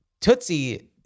Tootsie